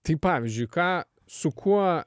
tai pavyzdžiui ką su kuo